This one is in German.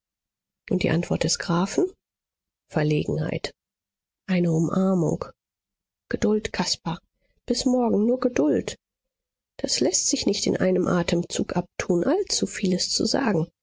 und die antwort des grafen verlegenheit eine umarmung geduld caspar bis morgen nur geduld das läßt sich nicht in einem atemzug abtun allzuviel ist zu sagen